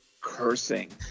cursing